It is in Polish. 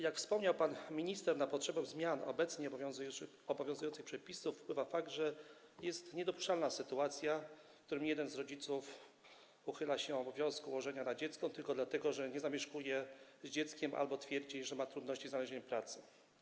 Jak wspomniał pan minister, na potrzebę zmian obecnie obowiązujących przepisów wpływa fakt, że jest niedopuszczalna sytuacja, w której jeden z rodziców uchyla się od obowiązku łożenia na dziecko tylko dlatego, że nie zamieszkuje z dzieckiem albo twierdzi, że ma trudności ze znalezieniem pracy.